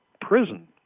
prison